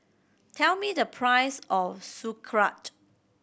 tell me the price of Sauerkraut